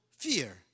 Fear